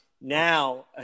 now